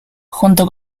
junto